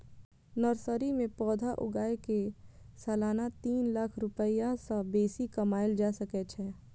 nursery मे पौधा उगाय कें सालाना तीन लाख रुपैया सं बेसी कमाएल जा सकै छै